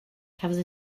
cafodd